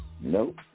Nope